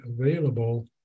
available